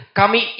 kami